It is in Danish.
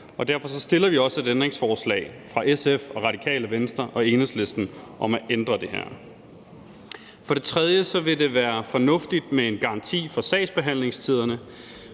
Derfor stiller vi også et ændringsforslag fra SF, Radikale Venstre og Enhedslistens side om at ændre det her. For det tredje vil det være fornuftigt med en garanti for sagsbehandlingstiderne.